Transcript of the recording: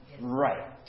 Right